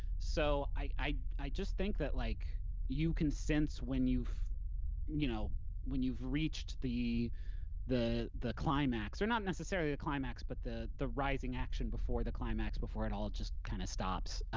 so i just think that like you can sense when you've you know when you've reached the the climax, or not necessarily a climax but the the rising action before the climax, before it all just kind of stops.